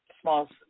small